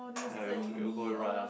ah we we go and run